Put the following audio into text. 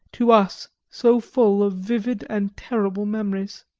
to us so full of vivid and terrible memories.